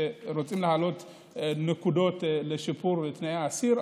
שרוצים להעלות נקודות לשיפור בתנאי האסיר,